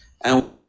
and-